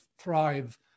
thrive